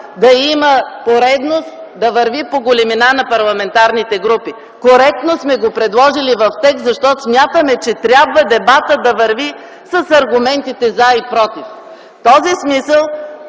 да има поредност, да върви по големина на парламентарните групи. Коректно сме го предложили в текст, защото смятаме, че трябва дебатът да върви с аргументите „за” и „против”. В този смисъл